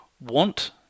want